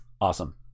awesome